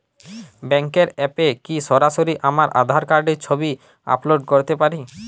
ব্যাংকের অ্যাপ এ কি সরাসরি আমার আঁধার কার্ডের ছবি আপলোড করতে পারি?